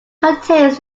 contains